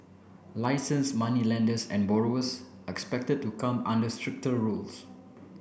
licensed moneylenders and borrowers are expected to come under stricter rules